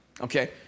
Okay